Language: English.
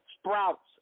sprouts